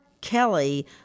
Kelly